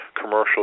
commercial